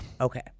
Okay